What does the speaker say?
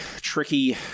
tricky